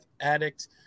Addict